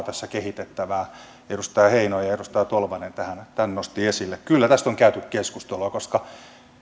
tässä kehitettävää edustaja heinonen ja edustaja tolvanen tämän nostivat esille kyllä tästä on käyty keskustelua koska